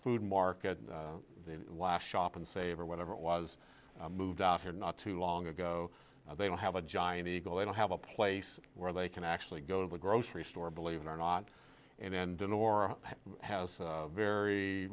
food market the last shop and save or whatever it was moved out here not too long ago they don't have a giant eagle they don't have a place where they can actually go to the grocery store believe it or not an end in or has very